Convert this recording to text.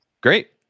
Great